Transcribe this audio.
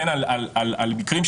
אבל דבר אחד שאנחנו יודעים זה שהמציאות